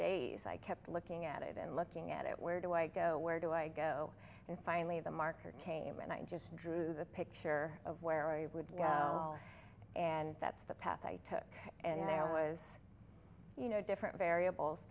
days i kept looking at it and looking at it where do i go where do i go and finally the marker came and i just drew the picture of where you would and that's the path i took and i was you know different variables